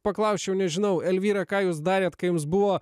paklausčiau nežinau elvyra ką jūs darėt kai jums buvo